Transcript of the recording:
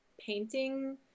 painting